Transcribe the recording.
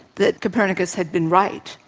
that copernicus had been right.